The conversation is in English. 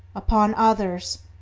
upon others,